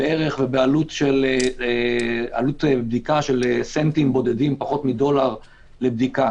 בערך ובעלות בדיקה של סנטים בודדים פחות מדולר לבדיקה.